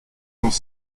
dans